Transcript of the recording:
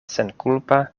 senkulpa